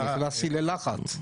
הסוגיה, נכנסתי ללחץ.